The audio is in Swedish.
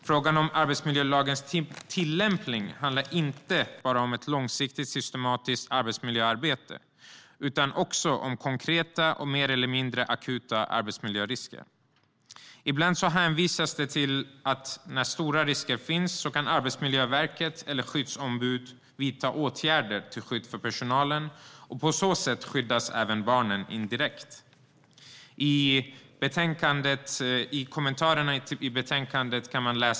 Frågan om arbetsmiljölagens tillämpning handlar inte bara om ett långsiktigt systematiskt arbetsmiljöarbete utan också om konkreta och mer eller mindre akuta arbetsmiljörisker. Ibland hänvisas det till att Arbetsmiljöverket eller skyddsombud kan vidta åtgärder när stora risker finns, till skydd för personalen. På så sätt skyddas även barnen indirekt. Man kan läsa kommentarerna i betänkandet.